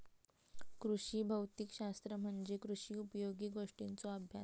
कृषी भौतिक शास्त्र म्हणजे कृषी उपयोगी गोष्टींचों अभ्यास